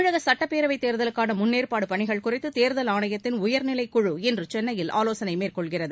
தமிழக சட்டப்பேரவைத் தேர்தலுக்கான முன்னேற்பாடு பணிகள் குறித்து தேர்தல் ஆணையத்தின் உயர்நிலைக்குழு இன்று சென்னையில் ஆலோசனை மேற்கொள்கிறது